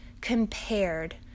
compared